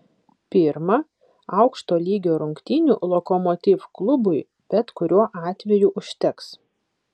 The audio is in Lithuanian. pirma aukšto lygio rungtynių lokomotiv klubui bet kuriuo atveju užteks